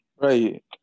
Right